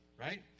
right